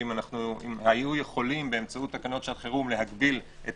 ואם היו יכולים באמצעות תקנות שעת חירום להגביל את